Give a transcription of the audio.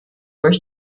were